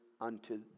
unto